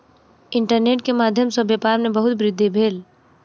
internet के माध्यम सॅ व्यापार में बहुत वृद्धि भेल